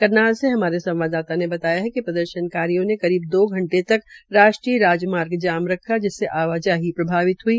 करनाल से हमारे संवाददाता ने बताया कि प्रदर्शनकारियों ने करीब दो घंटे तक राष्ट्रीय राजमार्ग जाम रखा जिससे आवाजाही प्रभावित हई